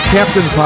Captain